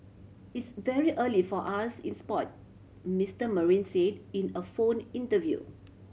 it's very early for us in sport Mister Marine said in a phone interview